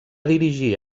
dirigir